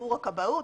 עבור הכבאות,